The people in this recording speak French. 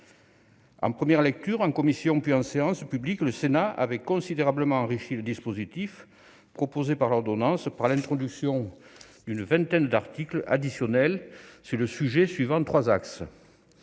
En première lecture, en commission puis en séance publique, le Sénat avait considérablement enrichi le dispositif prévu par l'ordonnance, en introduisant une vingtaine d'articles additionnels sur ce sujet, suivant trois axes.